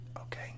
okay